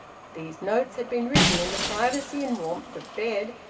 these notes had been written in the privacy and warmth of bed,